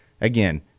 Again